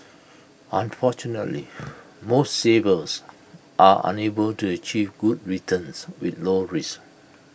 unfortunately most savers are unable to achieve good returns with low risk